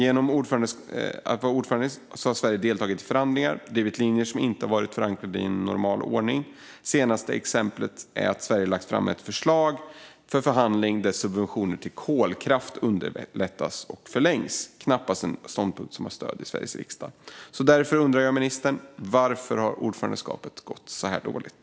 Som ordförande har Sverige deltagit i förhandlingar och drivit linjer som inte har varit förankrade i normal ordning. Senaste exemplet är att Sverige har lagt fram ett förslag för förhandling där subventioner till kolkraft underlättas och förlängs. Det är knappast en ståndpunkt som har stöd i Sveriges riksdag. Därför undrar jag, ministern: Varför har ordförandeskapet gått så här dåligt?